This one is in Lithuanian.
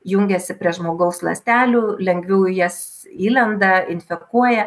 jungiasi prie žmogaus ląstelių lengviau į jas įlenda infekuoja